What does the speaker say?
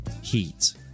Heat